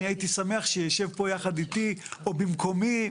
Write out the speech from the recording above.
אני הייתי שמח שיישב פה יחד איתי או במקומי.